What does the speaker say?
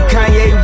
Kanye